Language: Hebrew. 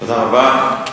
תודה רבה.